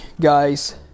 guys